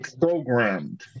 programmed